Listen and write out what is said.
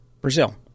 Brazil